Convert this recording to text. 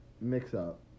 mix-up